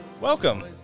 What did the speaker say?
Welcome